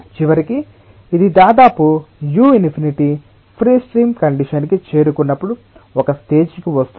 చివరికి ఇది దాదాపు u∞ ఫ్రీ స్ట్రీమ్ కండిషన్ కి చేరుకున్నప్పుడు ఒక స్టేజి కి వస్తుంది